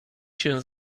się